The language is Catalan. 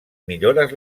millores